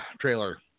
trailer